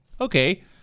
okay